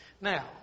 Now